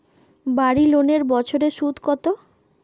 বাড়ি লোনের বছরে সুদ কত?